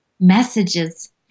messages